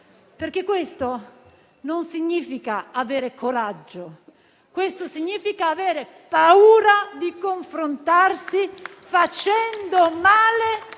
perché questo non significa avere coraggio. Questo significa avere paura di confrontarsi, facendo male